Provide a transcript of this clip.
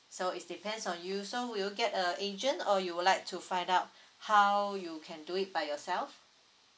so is depends on you so will you get a agent or you would like to find out how you can do it by yourself